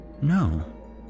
No